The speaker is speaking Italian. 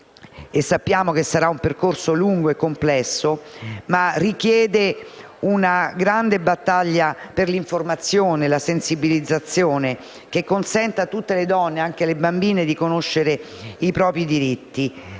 e sappiamo che sarà un percorso lungo e complesso - richiedono una grande battaglia per l'informazione e la sensibilizzazione che consenta a tutte le donne, anche alle bambine, di conoscere i propri diritti.